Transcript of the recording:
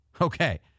Okay